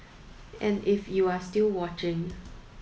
and if you're still watching